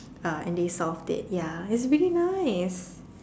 uh and they solved it ya it's really nice